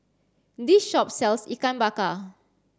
this shop sells Ikan Bakar